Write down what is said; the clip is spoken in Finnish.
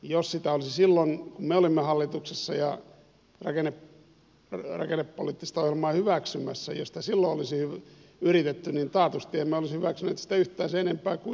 jos sitä olisi silloin kun me olimme hallituksessa ja rakennepoliittista ohjelmaa hyväksymässä yritetty niin taatusti emme olisi hyväksyneet sitä yhtään sen enempää kuin nytkään